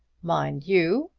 mind you,